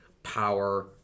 power